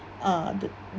uh